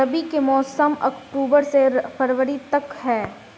रबी के मौसम अक्टूबर से फ़रवरी तक ह